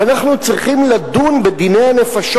אבל אנחנו צריכים לדון בדיני הנפשות